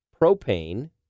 propane